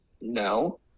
No